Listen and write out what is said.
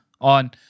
on